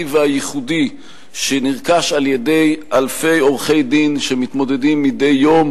והייחודי שנרכש על-ידי אלפי עורכי-דין המתמודדים מדי יום